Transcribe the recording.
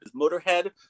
Motorhead